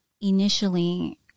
initially